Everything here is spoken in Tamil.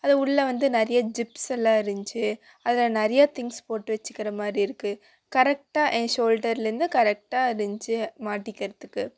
அது உள்ளே வந்து நிறைய ஜிப்சல்லாம் இருந்திச்சு அதில் நிறைய திங்க்ஸ் போட்டு வச்சுக்கற மாதிரி இருக்குது கரெக்டாக என் ஷோல்டர்லேருந்து கரெக்டாக இருந்திச்சு மாட்டிக்கிறதுக்கு